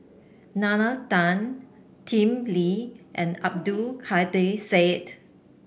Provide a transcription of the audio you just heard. Nalla Tan Lim Lee and Abdul Kadir Syed